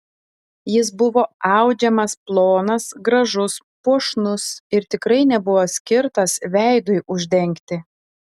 jis buvo audžiamas plonas gražus puošnus ir tikrai nebuvo skirtas veidui uždengti